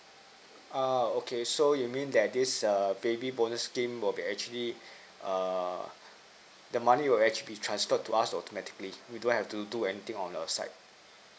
uh okay so you mean that this err baby bonus scheme would be actually err the money would actually be transferred to us automatically we don't have to do anything on our side